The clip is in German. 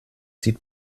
sieht